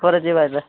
ପରେ ଯିବା ଯେ